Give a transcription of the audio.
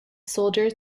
soldiers